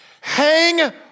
hang